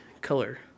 color